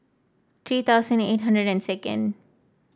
three thousand and eight hundred and second